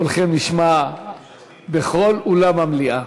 קולכם נשמע בכל אולם המליאה.